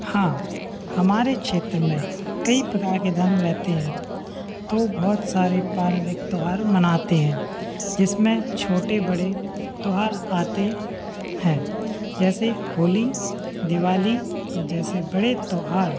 हाँ हमारे क्षेत्र में कई प्रकार के धर्म रहते हैं तो बहुत सारे पारंपरिक त्यौहार मनाते हैं जिसमें छोटे बड़े त्यौहार आते हैं जैसे होली दिवाली जैसे बड़े त्यौहार